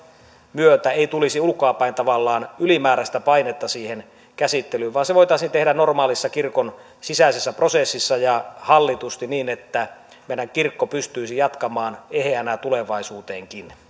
myötä ei tulisi ulkoa päin tavallaan ylimääräistä painetta siihen käsittelyyn vaan se voitaisiin tehdä normaalissa kirkon sisäisessä prosessissa ja hallitusti niin että meidän kirkko pystyisi jatkamaan eheänä tulevaisuuteenkin